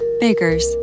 Baker's